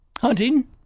hunting